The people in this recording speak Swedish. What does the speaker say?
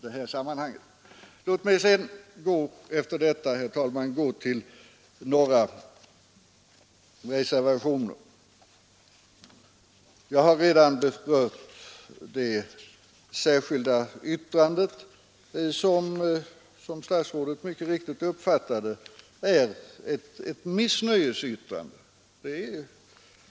Efter detta skall jag, herr talman, övergå till några reservationer. Jag har redan berört det särskilda yttrandet, som — så har statsrådet mycket riktigt uppfattat det — är en missnöjesyttring.